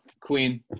Queen